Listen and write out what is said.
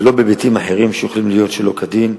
ולא בהיבטים אחרים שיכולים להיות שלא כדין.